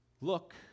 Look